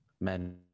men